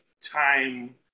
time